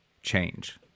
change